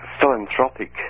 philanthropic